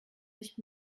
sich